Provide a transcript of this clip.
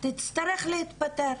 תצטרך להתפטר,